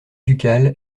ducale